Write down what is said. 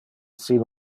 sin